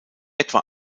etwa